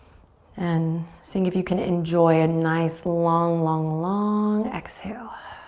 and seeing if you can enjoy a and nice long long long exhale